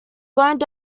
loaned